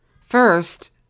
First